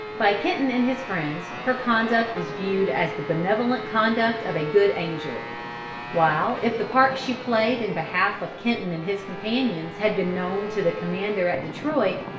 by kenton and his friends her conduct was viewed as the benevolent conduct of a good angel while if the part she played in behalf of kenton and his companions had been known to the commander at detroit,